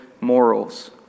morals